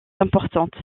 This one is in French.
importante